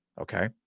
okay